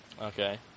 Okay